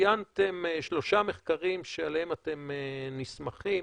אתם ציינתם שלושה מחקרים שעליהם אתם נסמכים,